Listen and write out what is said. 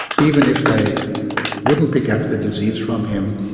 even if they wouldn't pick up the disease from him,